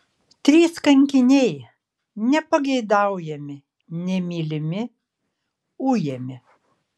trys kankiniai nepageidaujami nemylimi ujami